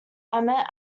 emmett